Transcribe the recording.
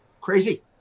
Crazy